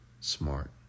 Smart